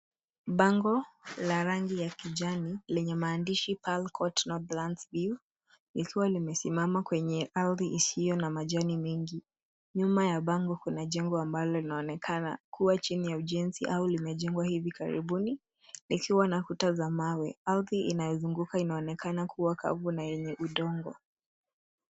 Bango la rangi ya kijani lenye maandishi Pearl Court Northlands View likiwa limesimama kwenye ardhi isiyo na majani mengi. Nyuma ya bango kuna jengo ambalo linaonekana kuwa chini ya ujenzi au limejengwa hivi karibuni likiwa na kuta za mawe. Ardhi inayozunguka inaonekana kuwa kavu na yenye udongo.